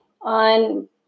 on